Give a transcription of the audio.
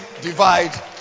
divide